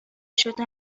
شدن